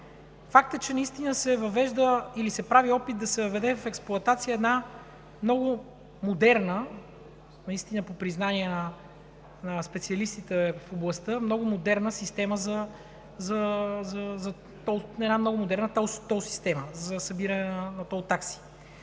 Факт е, че наистина се въвежда или се прави опит да се въведе в експлоатация една много модерна, по признание на специалистите в областта, тол система за събиране на тол такси.